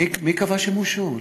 מי קבע שהם הושעו?